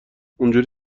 اونجوری